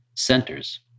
centers